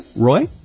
Roy